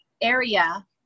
area